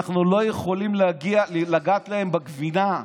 אנחנו לא יכולים לגעת להם בגבינה.